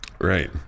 Right